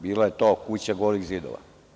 Bila je to kuća golih zidova.